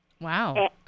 Wow